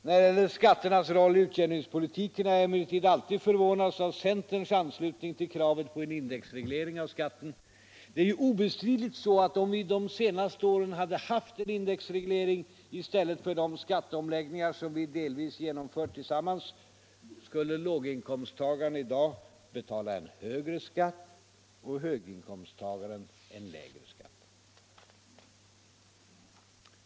När det gäller skatternas roll i utjämningspolitiken har jag emellertid alltid förvånats av centerns anslutning till kravet på en indexreglering av skatten. Det är ju obestridligt så att om vi de senaste åren hade haft en indexreglering i stället för de skatteomläggningar som vi delvis genomfört tillsammans, skulle låginkomsttagaren i dag betala en högre skatt och höginkomsttagaren en lägre skatt.